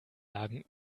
lagen